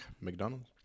McDonald's